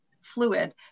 fluid